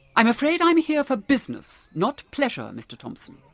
i'm afraid i'm here for business, not pleasure, mister thompson,